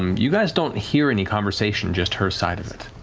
um you guys don't hear any conversation, just her side of it.